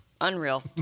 unreal